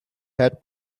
had